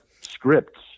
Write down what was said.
scripts